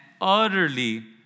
utterly